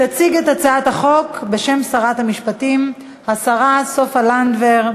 תציג את הצעת החוק בשם שרת המשפטים השרה סופה לנדבר.